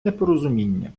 непорозуміння